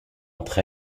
entre